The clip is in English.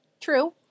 True